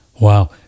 Wow